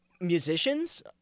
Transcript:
Musicians